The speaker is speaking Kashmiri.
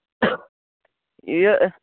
یہِ